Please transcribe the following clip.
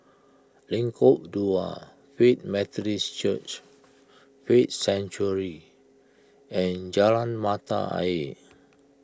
Lengkok Dua Faith Methodist Church Faith Sanctuary and Jalan Mata Ayer